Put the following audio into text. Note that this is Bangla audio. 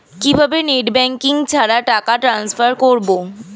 কিভাবে নেট ব্যাঙ্কিং ছাড়া টাকা ট্রান্সফার করবো?